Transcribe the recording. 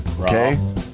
Okay